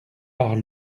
par